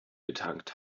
getankt